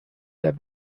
der